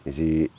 इसी